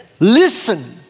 Listen